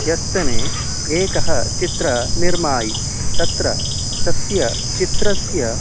ह्यस्तने एकः चित्रं निर्मीय तत्र तस्य चित्रस्य